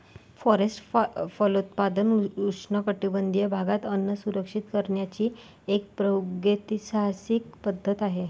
forest फलोत्पादन उष्णकटिबंधीय भागात अन्न सुरक्षित करण्याची एक प्रागैतिहासिक पद्धत आहे